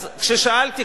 כששאלתי,